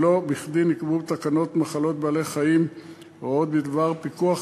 לא בכדי נקבעו בתקנות מחלות בעלי-חיים הוראות בדבר פיקוח